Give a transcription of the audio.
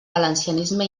valencianisme